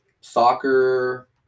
soccer